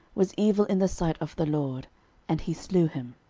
was evil in the sight of the lord and he slew him.